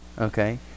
Okay